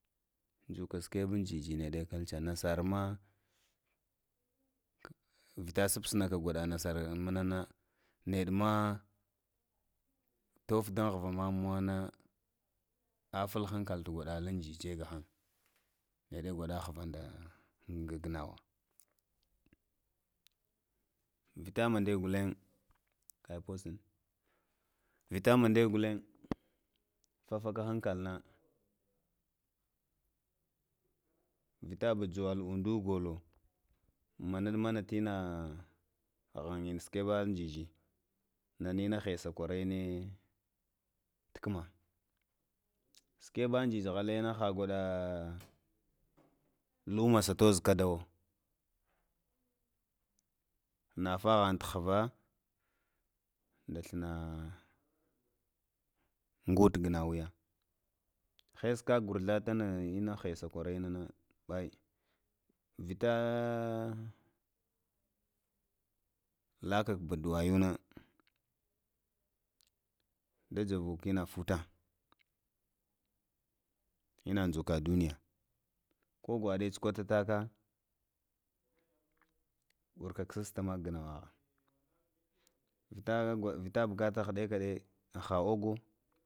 Dz zuka skeb njijina, nasarma vita spsanaka gwaɗa nasar mnana neɗema, toh dun hka mamuna, aful hankal tu gwaɗa lan dzi dzi gahan, nede gwaɗa həva nda gnau, vita mande gulen vita mande gaten tataka hankal na vita bajwal udu golo mana mana tina hngini, skeba njui nanina hesa kwari ni tgma, skeba ndzi dzihlaina hagwaɗa luma sataz kadawo, natahan slva wda thlin a, ngot ganau yā hes gag gwarɗa na ina hesa kwara, ya nana, ɓai, vita laka bdawai yu na nɗajazu ina futa ina njuka duniya ko gwaɗe ta tsukwatak, wurka ksasta maka gnawahā vita bukata hɗeka rei aha ogo